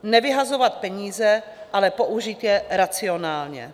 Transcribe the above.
Nevyhazovat peníze, ale použít je racionálně.